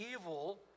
evil